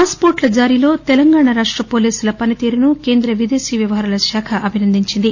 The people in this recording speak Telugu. పాస్పోర్టుల జారీలో తెలంగాణ రాష్ట పోలీసుల పనితీరును కేంద్ర విదేశీ వ్యవహారాలశాఖ అభినందించింది